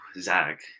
Zach